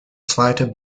zweite